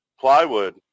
plywood